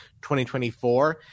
2024